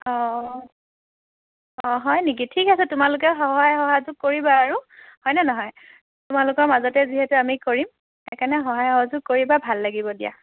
অঁ অঁ হয় নেকি ঠিক আছে তোমালোকে সহায় সহযোগ কৰিবা আৰু হয়নে নহয় তোমালোকৰ মাজতে যিহেতু আমি কৰিম সেইকাৰণে সহায় সহযোগ কৰিবা ভাল লাগিব দিয়া